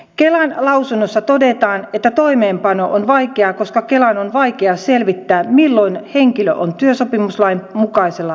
kelan lausunnossa todetaan että toimeenpano on vaikeaa koska kelan on vaikea selvittää milloin henkilö on työsopimuslain mukaisella vapaalla